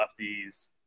lefties